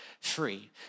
free